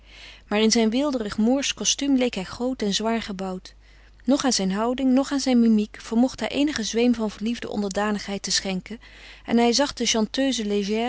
in zijn weelderig moorsch kostuum leek hij groot en zwaar gebouwd noch aan zijn houding noch aan zijn mimiek vermocht hij eenigen zweem van verliefde onderdanigheid te schenken en hij zag de chanteuse légère